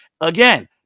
Again